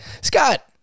Scott